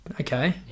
okay